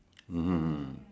mmhmm